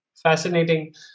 Fascinating